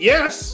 Yes